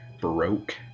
baroque